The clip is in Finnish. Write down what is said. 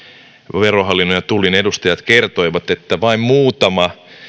verohallinnon ja tullin edustajat kertoivat että vain muutama